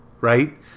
right